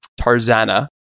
tarzana